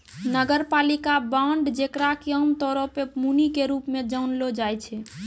नगरपालिका बांड जेकरा कि आमतौरो पे मुनि के रूप मे जानलो जाय छै